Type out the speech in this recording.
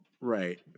Right